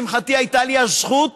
לשמחתי, הייתה לי הזכות